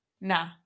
nah